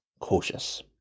Cautious